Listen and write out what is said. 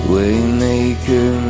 Waymaker